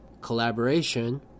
collaboration